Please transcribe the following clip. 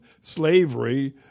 slavery